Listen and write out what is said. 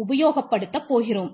உபயோகப்படுத்த போகிறோம்